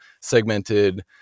segmented